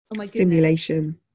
stimulation